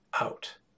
out